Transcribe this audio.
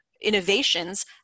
innovations